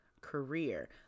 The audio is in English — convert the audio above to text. career